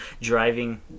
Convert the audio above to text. driving